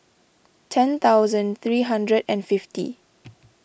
ten thousand three hundred and fifty